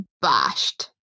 bashed